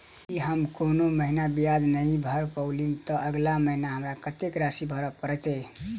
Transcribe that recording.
यदि हम कोनो महीना ब्याज नहि भर पेलीअइ, तऽ अगिला महीना हमरा कत्तेक राशि भर पड़तय?